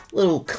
little